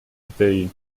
they